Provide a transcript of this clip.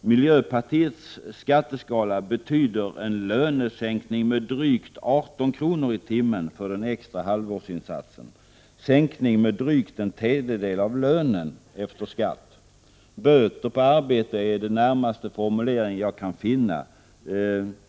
Miljöpartiets skatteskala betyder en lönesänkning med drygt 18 kr. i timmen för den extra halvårsinsatsen, dvs. en sänkning med drygt en tredjedel av lönen efter skatt. Böter på arbete är den formulering som ligger närmast till.